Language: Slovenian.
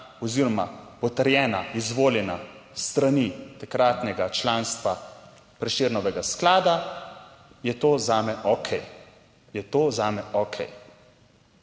oziroma potrjena, izvoljena s strani takratnega članstva Prešernovega sklada, je to zame okej,